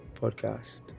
Podcast